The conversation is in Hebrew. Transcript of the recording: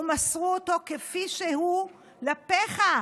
ומסרו אותו כפי שהוא לפחה,